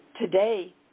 Today